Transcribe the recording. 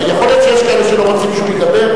יכול להיות שיש כאלה שלא רוצים שהוא ידבר.